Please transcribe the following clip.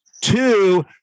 Two